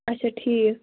اَچھا ٹھیٖک